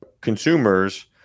consumers